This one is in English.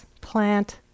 plant